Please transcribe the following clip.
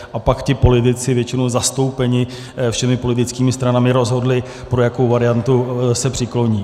A pak ti politici, většinou zastoupeni všemi politickými stranami, rozhodli, k jaké variantě se přikloní.